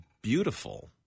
beautiful